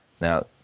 Now